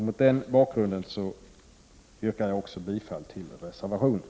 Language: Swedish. Mot denna bakgrund yrkar jag bifall till reservationen.